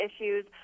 issues